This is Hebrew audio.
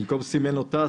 במקום "סימן אותה",